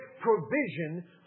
provision